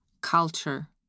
culture